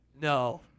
no